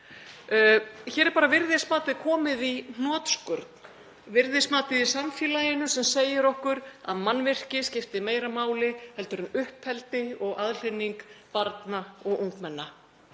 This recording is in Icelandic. Hér er bara virðismatið komið í hnotskurn, virðismatið í samfélaginu sem segir okkur að mannvirki skipti meira máli en uppeldi og aðhlynning barna og ungmenna.